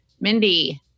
Mindy